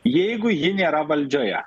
jeigu ji nėra valdžioje